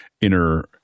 inner